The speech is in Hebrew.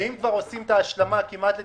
ואם כבר עושים את ההשלמה כמעט ל-90%,